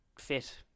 fit